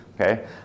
Okay